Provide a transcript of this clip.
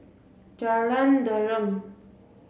Jalan Derum